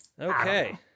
Okay